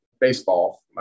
baseball